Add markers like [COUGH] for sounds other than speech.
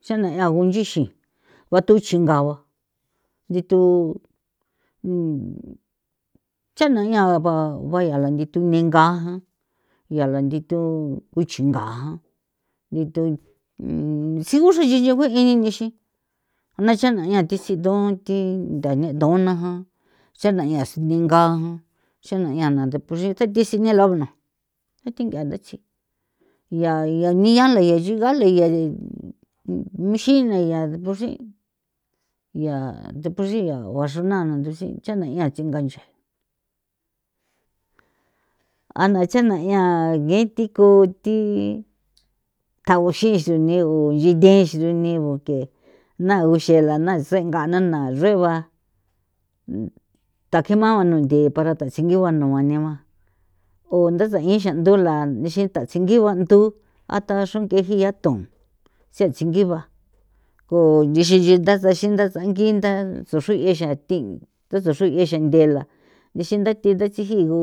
Xa'na ya ngunchixi guatu chingagua nthi thu cha'na jaña bayala ni thu ninga jan yala nithu uchinga jan ni thu xi uu xiyiyiu ngui nixi naxana ya thi tsi don thi nthanee ndona jan cha'na ya ninga jan xana ya na nthi porixi tse thi sinela jno ya thingia tsi yaa nia la yaa nchugala ya [UNINTELLIGIBLE] mixila ya porsin yaa deporsin ya uxrana na ixi cha'na ya tsinga nche ana chana yaa gue thi ko thi tjao xiso ne gu nchi the xune bu ke na uxela na senga na na rueba tjaki mao jno nthi para thasingigua nua negua o ntha thasain xra ndula ixi thasi ngigua ndu a tha xrange jia thon xa tsingi'i ba ko nchexe nche thasanxi thasangin nda tjo xrui'e xan thi tha saxrui'e xa nthela ixi ntha thi ntha tsiji gu